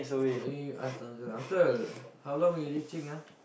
then you ask the uncle uncle how long we reaching ah